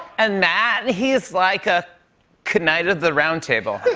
and, matt, and he's like a k-night of the round table.